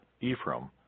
Ephraim